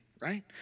right